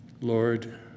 Lord